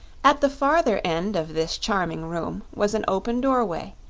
at the farther end of this charming room was an open doorway,